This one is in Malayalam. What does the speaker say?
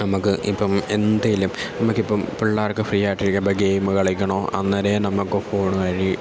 നമ്മൾക്ക് ഇപ്പം എന്തെങ്കിലും നമുക്കിപ്പം പിള്ളേർക്ക് ഫ്രീ ആയിട്ടിരിക്കുമ്പോൾ ഗെയിം കളിക്കണോ അന്നേരം നമുക്ക് ഫോണ് വഴി